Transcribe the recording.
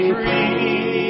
free